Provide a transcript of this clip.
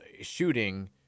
shooting